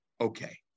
Okay